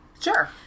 sure